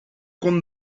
con